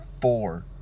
four